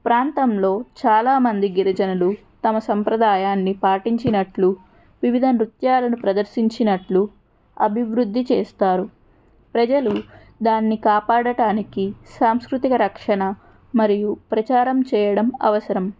ప్రాంతంలో చాలామంది గిరిజనులు తమ సాంప్రదాయాన్ని పాటించినట్లు వివిధ నృత్యాలను ప్రదర్శించినట్లు అభివృద్ధి చేస్తారు ప్రజలు దాన్ని కాపాడటానికి సాంస్కృతిక రక్షణ మరియు ప్రచారం చేయడం అవసరం